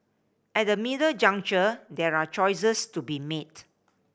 at the middle juncture there are choices to be made